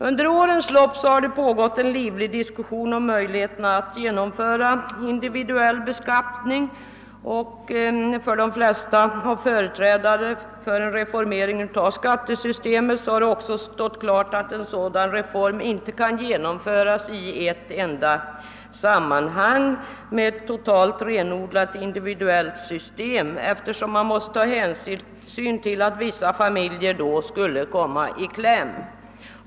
Under årens lopp har det pågått en livlig diskussion om möjligheterna att genomföra individuell beskattning, och för de flesta företrädarna för en reformering av skattesystemet har det också stått klart att en sådan reform inte kan genomföras i ett sammanhang med ett renodlat individuellt system, eftersom man måste ta hänsyn till att vissa familjer då skulle komma i kläm.